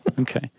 Okay